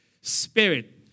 spirit